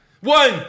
One